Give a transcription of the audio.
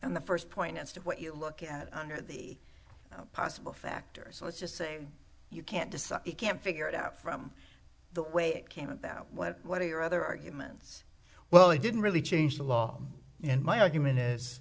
on the first point as to what you look at under the possible factors let's just say you can't decide you can't figure it out from the way it came about what are your other arguments well they didn't really change the law in my argument